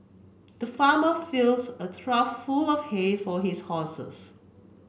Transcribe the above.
the farmer fills a trough full of hay for his horses